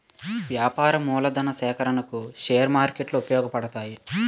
వ్యాపార మూలధన సేకరణకు షేర్ మార్కెట్లు ఉపయోగపడతాయి